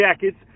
jackets